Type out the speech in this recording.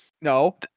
no